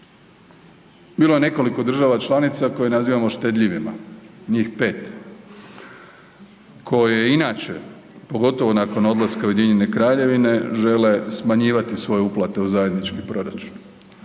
bilo je nekoliko država članica koje nazivamo štedljivima. Njih 5, koje inače, pogotovo nakon odlaska UK žele smanjivati svoje uplate u zajednički proračun